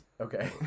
Okay